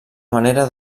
manera